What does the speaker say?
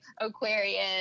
Aquarius